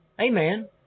Amen